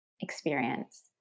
experience